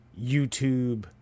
youtube